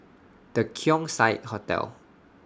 The Keong Saik Hotel